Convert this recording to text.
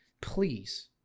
please